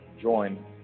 join